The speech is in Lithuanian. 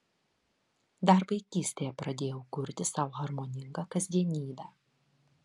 dar vaikystėje pradėjau kurti sau harmoningą kasdienybę